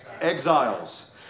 Exiles